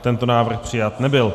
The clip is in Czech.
Tento návrh přijat nebyl.